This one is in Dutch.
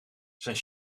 zijn